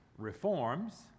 reforms